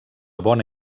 bona